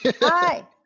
Hi